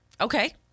Okay